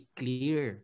clear